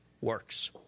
works